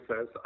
says